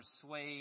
persuade